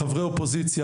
חברי האופוזיציה,